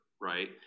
right